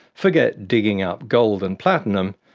forget digging up gold and platinum,